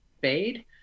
fade